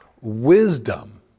Wisdom